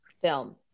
film